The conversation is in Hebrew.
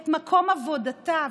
את מקום עבודתה,